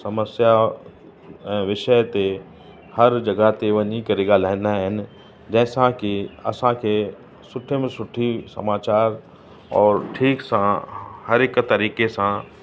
समस्या ऐं विषय ते हर जॻहि ते वञी करे ॻाल्हाईंदा आहिनि जंहिं सां कि असांखे सुठे में सुठी समाचार और ठीक सां हर हिक तरीक़े सां